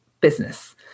business